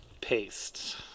paste